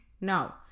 No